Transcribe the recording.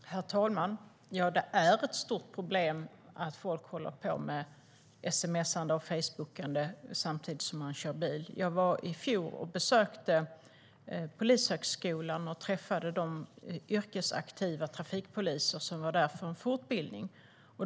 Herr talman! Ja, det är ett stort problem att folk håller på med sms:ande och facebookande samtidigt som de kör bil.I fjol besökte jag Polishögskolan, där jag träffade yrkesaktiva trafikpoliser som var där för fortbildning.